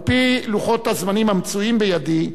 על-פי לוחות הזמנים המצויים בידי,